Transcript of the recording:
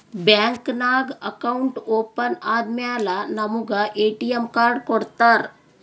bank ನಾಗ್ account open ಆದಮ್ಯಾಲ ನಮುಗ ಎ.ಟಿ.ಎಮ್ ಕಾರ್ಡ್ ಕೊಡ್ತಾರ್